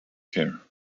care